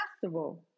festival